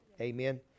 Amen